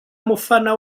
mufana